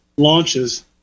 launches